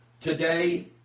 Today